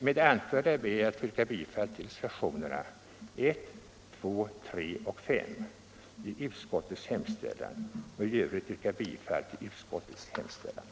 Med det anförda ber jag att få yrka bifall till reservationerna 1, 2, 3 och 5 och i övrigt till utskottets hemställan.